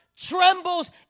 trembles